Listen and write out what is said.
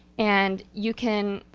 and you can,